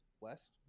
West